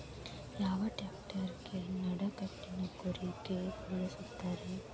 ಯಾವ ಟ್ರ್ಯಾಕ್ಟರಗೆ ನಡಕಟ್ಟಿನ ಕೂರಿಗೆ ಬಳಸುತ್ತಾರೆ?